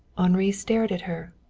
henri stared at her.